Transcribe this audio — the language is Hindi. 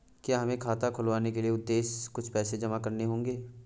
क्या हमें खाता खुलवाने के उद्देश्य से कुछ पैसे जमा करने होंगे?